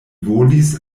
volis